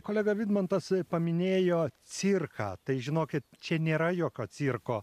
kolega vidmantas paminėjo cirką tai žinokit čia nėra jokio cirko